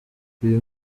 uyu